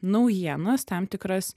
naujienas tam tikras